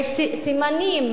יש סימנים,